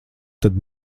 tad